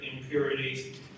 impurities